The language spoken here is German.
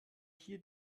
hier